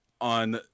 on